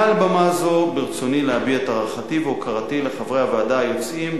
מעל במה זו ברצוני להביע את הערכתי והוקרתי לחברי הוועדה היוצאים,